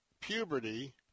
puberty